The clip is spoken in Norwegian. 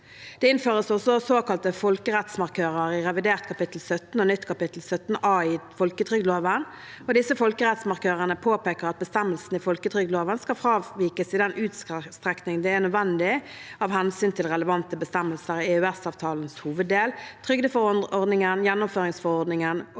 Det innføres også såkalte folkerettsmarkører i revidert kapittel 17 og nytt kapittel 17 A i folketrygdloven. Disse folkerettsmarkørene påpeker at bestemmelsene i folketrygdloven skal fravikes i den utstrekning det er nødvendig av hensyn til relevante bestemmelser i EØS-avtalens hoveddel, trygdeforordningen, gjennomføringsforordningen og